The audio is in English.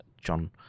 john